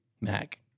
Mac